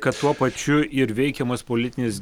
kad tuo pačiu ir veikiamas politinis